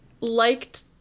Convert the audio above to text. liked